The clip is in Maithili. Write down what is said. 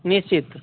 निश्चित